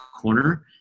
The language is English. corner